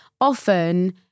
often